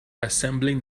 assembling